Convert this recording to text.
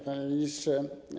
Panie Ministrze!